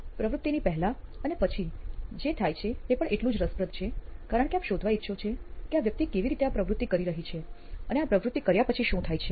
તે પ્રવૃત્તિની પહેલા અને પછી જે થાય છે તે પણ એટલું જ રસપ્રદ છે કારણ કે આપ શોધવા ઇચ્છો છો કે આ વ્યક્તિ કેવી રીતે આ પ્રવૃત્તિ કરી રહી છે અને આ પ્રવૃત્તિ કર્યા પછી શું થાય છે